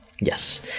Yes